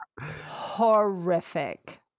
Horrific